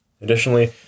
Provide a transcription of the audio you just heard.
Additionally